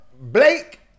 Blake